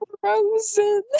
frozen